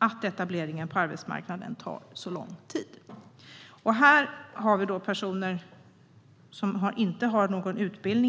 Att etableringen på arbetsmarknaden tar så lång tid är inte hållbart för vare sig den enskilde eller för samhället. Personer som